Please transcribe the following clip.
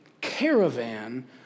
caravan